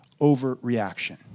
overreaction